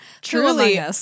Truly